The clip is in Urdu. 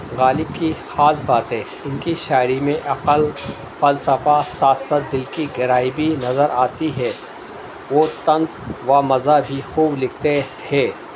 غالب کی خاص باتیں ان کی شاعری میں عقل فلسفہ ساتھ ساتھ دل کی گہرائی بھی نظر آتی ہے وہ طنز و مزاح بھی خوب لکھتے تھے